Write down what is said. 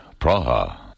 Praha